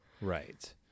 Right